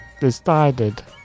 decided